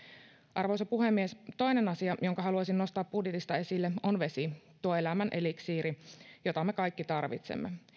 arvoisa puhemies toinen asia jonka haluaisin nostaa budjetista esille on vesi tuo elämän eliksiiri jota me kaikki tarvitsemme